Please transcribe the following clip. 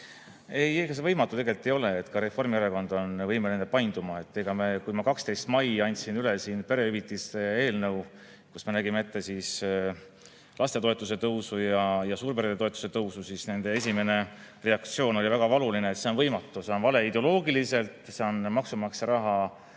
Ega see võimatu tegelikult ei ole, ka Reformierakond on võimeline painduma. Kui ma 12. mail andsin üle perehüvitiste eelnõu, millega me nägime ette lastetoetuse tõusu ja suurperetoetuse tõusu, siis nende esimene reaktsioon oli väga valuline: see on võimatu, see on vale ideoloogiliselt, see on maksumaksja raha